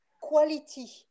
quality